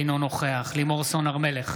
אינו נוכח לימור סון הר מלך,